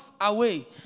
away